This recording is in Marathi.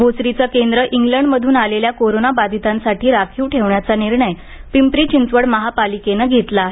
भोसरीचं केंद्र इंग्लंडमध्रन आलेल्या कोरोनाबाधितांसाठी राखीव ठेवण्याचा निर्णय पिंपरी चिंचवड पालिकेनं घेतला आहे